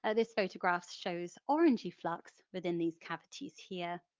ah this photograph shows orange flux within these cavities here.